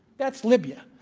that's libya.